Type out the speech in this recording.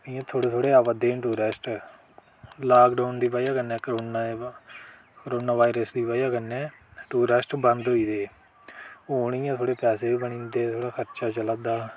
इं'या थोह्ड़े थोह्ड़े आवा दे न टुरिस्ट लॉकडाउन दी बजह कन्नै करोना जेह्का करोना वायरस दी बजह कन्नै टुरिस्ट बंद होई दे हे हू'न इं'या थोह्ड़े पैसे बी बनी जंदे थोह्ड़ा खर्चा चला दा